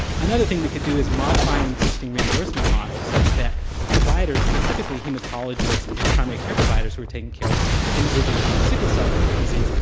another thing we could do is modify an existing reimbursement model, such that providers, specifically hematologists and primary care providers who are taking care of individuals with sickle cell disease,